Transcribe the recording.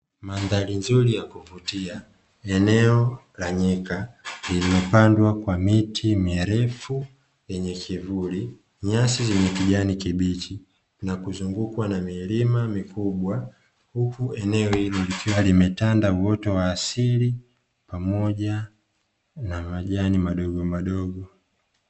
Mandhari nzuri ya kuvutia eneo la nyika limepandwa kwa miti mirefu yenye kivuli, nyasi zenye kijani kibichi na kuzungukwa na milima mikubwa huku eneo hili likiwa limetanda uoto wa asili pamoja na majani madogo madogo.